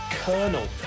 colonel